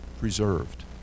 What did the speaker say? preserved